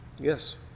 Yes